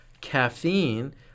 caffeine